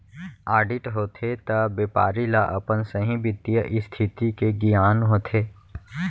audit होथे त बेपारी ल अपन सहीं बित्तीय इस्थिति के गियान होथे